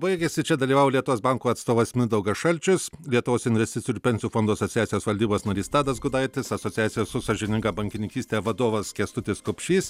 baigėsi čia dalyvavo lietuvos banko atstovas mindaugas šalčius lietuvos investicijų ir pensijų fondų asociacijos valdybos narys tadas gudaitis asociacijos už sąžiningą bankininkystę vadovas kęstutis kupšys